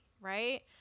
right